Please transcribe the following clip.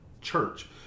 church